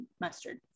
mustard